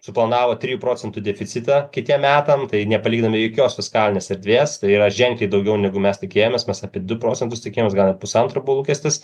suplanavo trijų procentų deficitą kitiem metam tai nepalikdami jokios fiskalinės erdvės tai yra ženkliai daugiau negu mes tikėjomės mes apie du procentus tikėjomes gal net pusantro buvo lūkestis